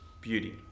beauty